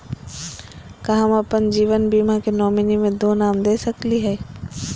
का हम अप्पन जीवन बीमा के नॉमिनी में दो नाम दे सकली हई?